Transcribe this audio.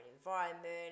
environment